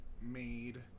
made